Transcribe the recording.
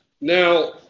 Now